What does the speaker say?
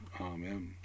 Amen